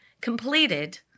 completed